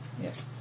Yes